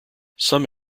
some